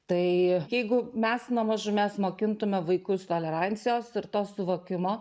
tai jeigu mes nuo mažumės mokintume vaikus tolerancijos ir to suvokimo